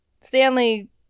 Stanley